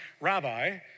rabbi